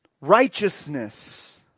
righteousness